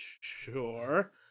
sure